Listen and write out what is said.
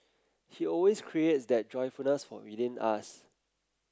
he always creates that joyfulness will within us